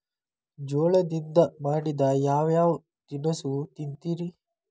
ಜೋಳದಿಂದ ಮಾಡಿದ ಯಾವ್ ಯಾವ್ ತಿನಸು ತಿಂತಿರಿ?